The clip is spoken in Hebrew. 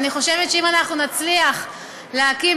ואני חושבת שאם אנחנו נצליח בשנה-שנתיים הקרובות